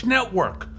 Network